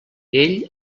ell